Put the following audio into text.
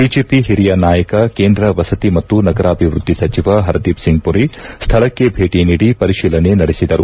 BJP ಓರಿಯ ನಾಯಕ ಕೇಂದ್ರ ವಸತಿ ಮತ್ತು ನಗರಾಭಿವೃದ್ದಿ ಸಚಿವ ಹರ್ದೀಪ್ಸಿಂಗ್ ಮರಿ ಶ್ವಳಕ್ಕೆ ಭೇಟಿ ನೀಡಿ ಪರಿಶೀಲನೆ ನಡೆಸಿದರು